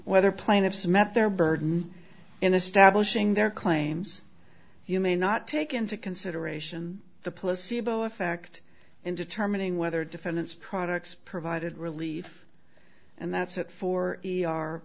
whether plaintiffs met their burden in establishing their claims you may not take into consideration the placebo effect in determining whether defendants products provided relief and that's it for